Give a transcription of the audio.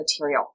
material